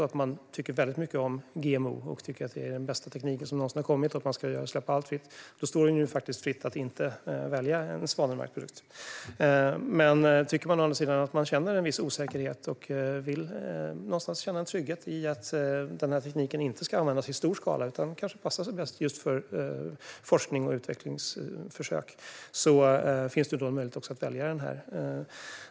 Om man tycker väldigt mycket om GMO, tycker att det är den bästa tekniken som någonsin har kommit och tycker att man ska släppa allt fritt står det en faktiskt fritt att inte välja en svanmärkt produkt. Men om man känner en viss osäkerhet och vill känna en trygghet i att den tekniken inte ska användas i stor skala utan tycker att den kanske passar bäst just för forskning och utvecklingsförsök finns det möjlighet att välja svanmärkt.